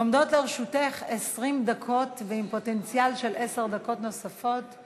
עומדות לרשותך 20 דקות ועם פוטנציאל של עשר דקות נוספות.